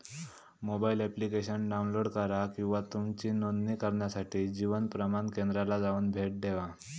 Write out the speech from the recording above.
mobile application download करा किंवा तुमची नोंदणी करण्यासाठी जीवन प्रमाण केंद्राला जाऊन भेट देवा